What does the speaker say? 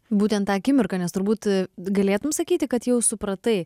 būtent tą akimirką nes turbūt galėtum sakyti kad jau supratai